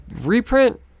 reprint